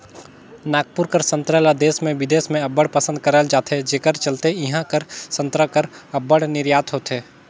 नागपुर कर संतरा ल देस में बिदेस में अब्बड़ पसंद करल जाथे जेकर चलते इहां कर संतरा कर अब्बड़ निरयात होथे